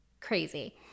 crazy